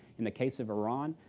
in the case of iran,